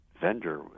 vendor